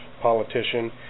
politician